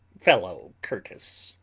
fellow curtis.